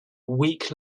week